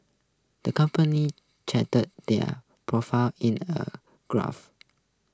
the company charted their profits in a graph